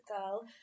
Girl